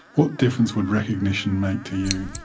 what difference would recognition make to you?